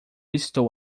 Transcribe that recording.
estou